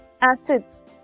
acids